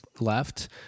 left